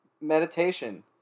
meditation